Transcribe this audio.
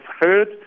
heard